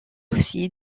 aussi